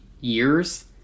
years